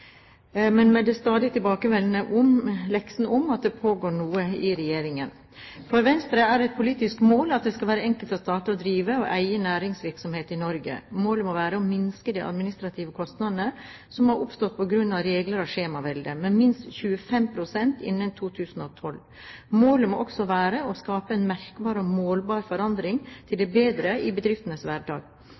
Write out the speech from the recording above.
men med den stadig tilbakevendende leksen om at det pågår noe i regjeringen. For Venstre er det et politisk mål at det skal være enkelt å starte, drive og eie næringsvirksomhet i Norge. Målet må være å minske de administrative kostnadene som har oppstått på grunn av regler og skjemavelde, med minst 25 pst. innen 2012. Målet må også være å skape en merkbar og målbar forandring til det bedre i bedriftenes hverdag.